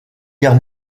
guerre